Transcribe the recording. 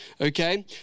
okay